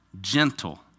gentle